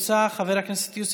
חבר הכנסת איימן עודה,